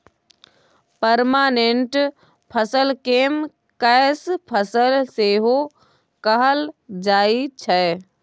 permanent फसल केँ cash फसल सेहो कहल जाइ छै